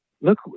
look